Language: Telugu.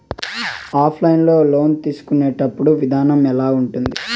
ఆన్లైన్ లోను తీసుకునేటప్పుడు విధానం ఎలా ఉంటుంది